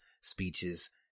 speeches